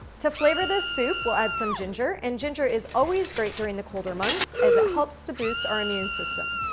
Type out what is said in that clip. to flavor this soup, we'll add some ginger and ginger is always great during the colder months as it helps to boost our immune system.